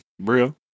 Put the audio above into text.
Real